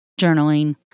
journaling